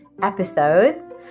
episodes